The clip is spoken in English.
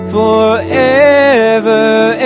Forever